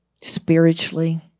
spiritually